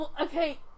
Okay